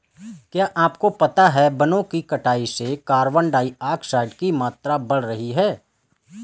क्या आपको पता है वनो की कटाई से कार्बन डाइऑक्साइड की मात्रा बढ़ रही हैं?